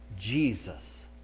Jesus